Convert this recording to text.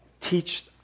teach